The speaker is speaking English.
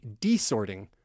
desorting